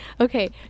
Okay